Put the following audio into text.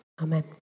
Amen